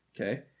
Okay